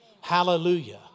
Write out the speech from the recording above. Hallelujah